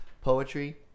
Poetry